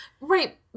Right